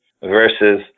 versus